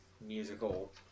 musical